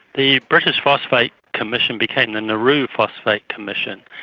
the british phosphate commission became the nauru phosphate commission.